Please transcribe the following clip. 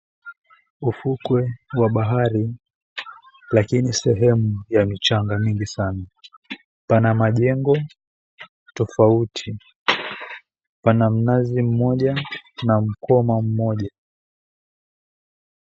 Ufukwe wa bahari, lakini sehemu ya michanga mingi sana. Pana majengo tofauti, pana mnazi mmoja na mkoma mmoja.